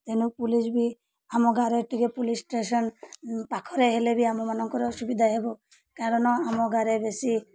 ତେଣୁ ପୋଲିସ ବି ଆମ ଗାଁରେ ଟିକେ ପୋଲିସ ଷ୍ଟେସନ ପାଖରେ ହେଲେ ବି ଆମମାନଙ୍କର ଅସୁବିଧା ହେବ କାରଣ ଆମ ଗାଁରେ ବେଶୀ